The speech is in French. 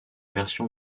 version